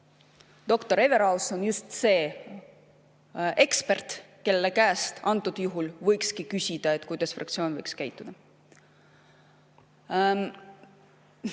Everaus on just see ekspert, kelle käest praegusel juhul võikski küsida, kuidas fraktsioon võiks käituda.